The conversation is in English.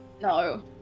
No